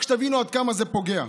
רק שתבינו עד כמה זה פוגע.